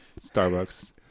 Starbucks